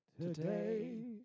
today